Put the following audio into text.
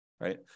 right